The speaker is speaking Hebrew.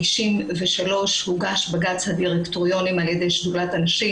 ב-1993 הוגש בג"צ הדירקטוריונים על ידי שדולת הנשים.